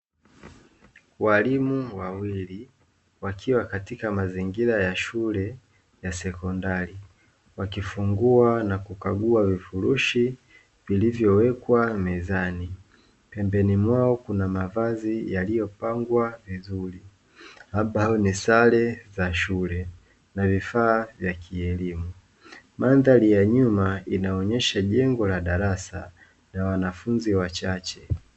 Walimu wawili wakiwa katika mazingira ya shule ya sekondari, wakifungua na kukagua vifurushi vilivyowekwa mezani. Pembeni mwao kuna mavazi yaliyopangwa vizuri, ambayo ni sare za shule na vifaa vya kielimu. Mandhari ya nyuma inaonyesha jengo la darasa la wanafunzi wachache.